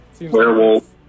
werewolf